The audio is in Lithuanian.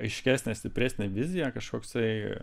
aiškesnė stipresnė vizija kažkoksai